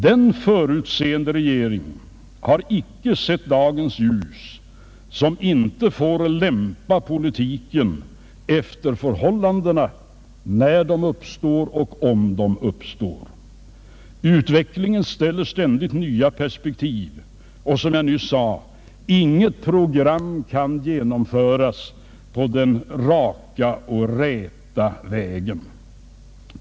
Den förutseende regering har icke sett dagens ljus, som inte får lämpa politiken efter förhållandena, när de uppstår och om de uppstår. Utvecklingen ger ständigt nya perspektiv och, som jag nyss sade, inget program kan genomföras på den raka och räta vägen.